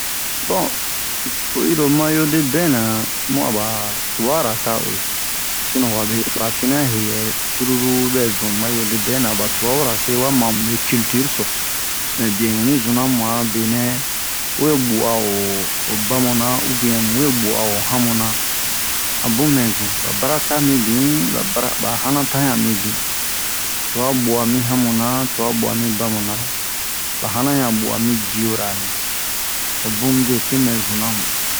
Bon o yi ro mayo de bin na mu a ba tubara ta uwe sinon wabe farafina heyɛ cruru bɛ zun mayo de bin na o ba tubabura se wa ma mube kiltir so mɛ biɛ un onni zuna mu mu'a benɛ we bu'a o bamu na ubien mu we bu'a o hamu na a bun mɛ zun ba bara ta mibin ba bara ba hanan ta yan mibin twa bu'a mi hamu na twa bu'a mi bamu na ba hanan yan bu'a mi diora na o bun midepe mɛ zuna mu